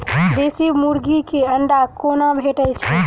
देसी मुर्गी केँ अंडा कोना भेटय छै?